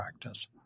practice